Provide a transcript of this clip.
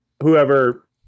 whoever